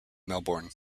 melbourne